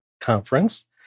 Conference